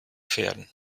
pferden